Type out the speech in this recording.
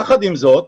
יחד עם זאת,